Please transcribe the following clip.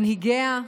מנהיגיה,